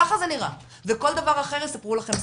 ככה זה נראה וכל דבר אחר יספרו לכם סיפורים.